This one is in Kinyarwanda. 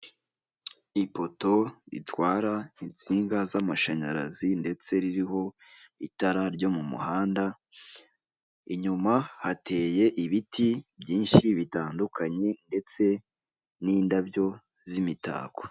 Ifoto ritwara insinga z'amashanyarazi ndetse ririho itara ryo mu muhanda, inyuma hateye ibiti byinshi bitandukanye ndetse n'indabyo z'imitako.